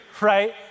right